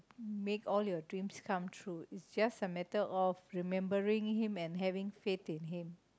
make all your dreams come true it's just a matter of remembering him and having faith in him